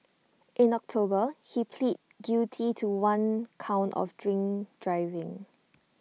in October he pleaded guilty to one count of drink driving